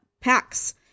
packs